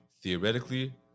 theoretically